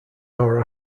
hour